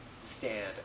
stand